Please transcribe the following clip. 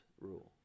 rule